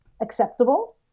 acceptable